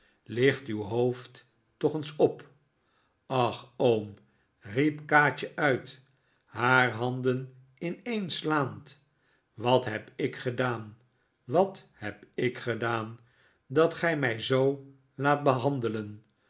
licht uw hoofd toch eens op ach oom riep kaatje uit haar handen ineenslaand wat heb ik gedaan wat heb ik gedaan dat gij mij zoo laat behandelen